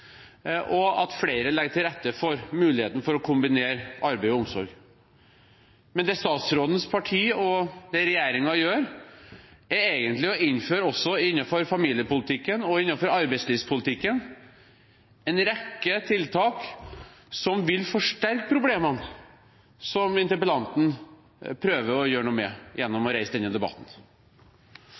og at flere legger til rette for muligheten til å kombinere arbeid og omsorg. Men det statsrådens parti og regjeringen gjør, er egentlig å innføre – også innenfor familiepolitikken og arbeidslivspolitikken – en rekke tiltak som vil forsterke de problemene som interpellanten prøver å gjøre noe med gjennom å reise denne debatten.